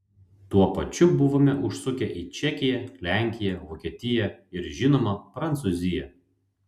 tuo pačiu buvome užsukę į čekiją lenkiją vokietiją ir žinoma prancūziją